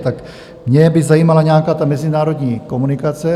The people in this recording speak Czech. Tak mě by zajímala nějaká mezinárodní komunikace.